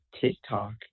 TikTok